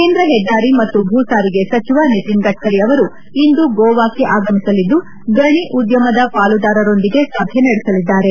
ಕೇಂದ್ರ ಹೆದ್ದಾರಿ ಮತ್ತು ಭೂ ಸಾರಿಗೆ ಸಚಿವ ನಿತಿನ್ ಗಡ್ಡರಿ ಅವರು ಇಂದು ಗೋವಾಕ್ಷಿ ಆಗಮಿಸಲಿದ್ದು ಗಣಿ ಉದ್ಯಮದ ಪಾಲುದಾರರೊಂದಿಗೆ ಸಭೆ ನಡೆಸಲಿದ್ದಾರೆ